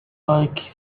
like